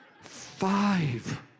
Five